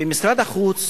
במשרד החוץ